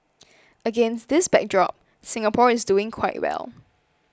against this backdrop Singapore is doing quite well